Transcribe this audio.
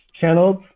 channels